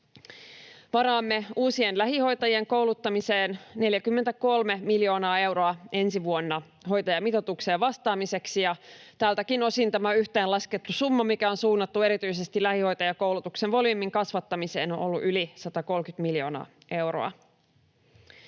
Varaamme uusien lähihoitajien kouluttamiseen 43 miljoonaa euroa ensi vuonna hoitajamitoitukseen vastaamiseksi, ja tältäkin osin tämä yhteenlaskettu summa, mikä on suunnattu erityisesti lähihoitajakoulutuksen volyymin kasvattamiseen, on ollut yli 130 miljoonaa euroa.